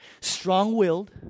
strong-willed